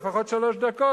לפחות שלוש דקות,